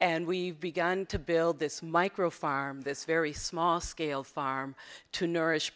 and we've begun to build this micro farm this very small scale farm to nourish